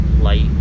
light